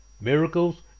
miracles